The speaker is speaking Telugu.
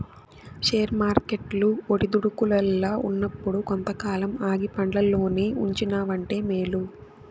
షేర్ వర్కెట్లు ఒడిదుడుకుల్ల ఉన్నప్పుడు కొంతకాలం ఆగి పండ్లల్లోనే ఉంచినావంటే మేలు